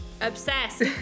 Obsessed